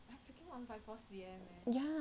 ya eh you know